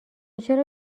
چرا